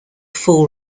full